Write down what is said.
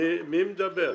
מי מדבר?